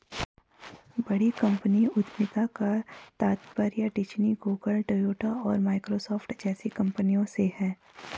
बड़ी कंपनी उद्यमिता का तात्पर्य डिज्नी, गूगल, टोयोटा और माइक्रोसॉफ्ट जैसी कंपनियों से है